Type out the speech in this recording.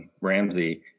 Ramsey